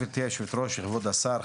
גברתי יושבת הראש וכבוד השר,